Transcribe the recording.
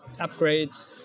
upgrades